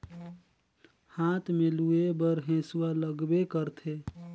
हाथ में लूए बर हेसुवा लगबे करथे